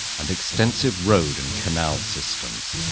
and extensive road and canal systems.